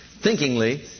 thinkingly